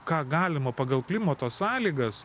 ką galima pagal klimato sąlygas